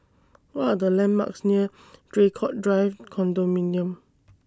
What Are The landmarks near Draycott Drive Condominium